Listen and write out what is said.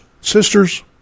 sisters